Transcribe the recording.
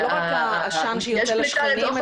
זה לא רק העשן שיוצא לשכנים.